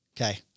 Okay